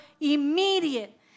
immediate